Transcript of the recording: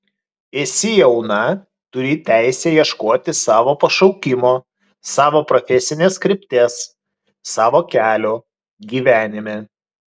esi jauna turi teisę ieškoti savo pašaukimo savo profesinės krypties savo kelio gyvenime